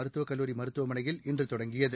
மருத்துவக் கல்லூரி மருத்துவமனையில் இன்று தொடங்கியது